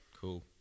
Cool